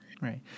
Right